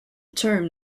term